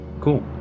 cool